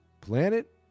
planet